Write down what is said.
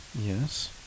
Yes